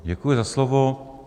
Děkuji za slovo.